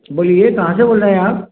बोलिए कहाँ से बोल रहे हैं आप